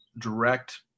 direct